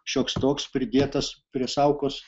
šioks toks pridėtas prie saukos